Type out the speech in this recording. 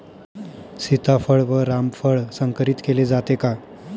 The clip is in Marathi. सीताफळ व रामफळ संकरित केले जाते का?